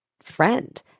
friend